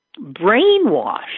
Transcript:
brainwashed